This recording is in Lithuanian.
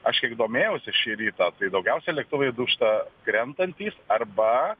aš kiek domėjausi šį rytą tai daugiausiai lėktuvai dūžta krentantys arba